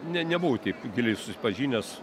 ne nebuvau taip giliai susipažinęs